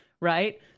right